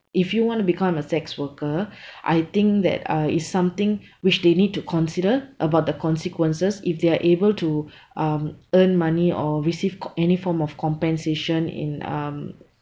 if you want to become a sex worker I think that uh is something which they need to consider about the consequences if they are able to um earn money or receive co~ any form of compensation in um